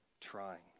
trying